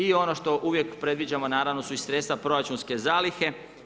I ono što uvijek predviđamo naravno su i sredstva proračunske zalihe.